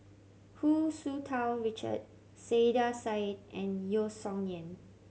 Hu Tsu Tau Richard Saiedah Said and Yeo Song Nian